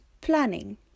planning